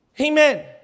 Amen